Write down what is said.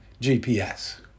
GPS